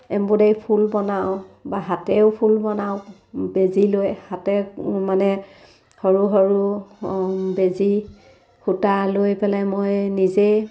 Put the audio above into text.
embroidery ফুল বনাওঁ বা হাতেৰেও ফুল বনাওঁ বেজী লৈ হাতেৰে মানে সৰু সৰু বেজী সূতা লৈ পেলাই মই নিজেই